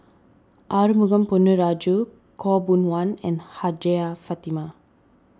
Arumugam Ponnu Rajah Khaw Boon Wan and Hajjah Fatimah